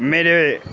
میرے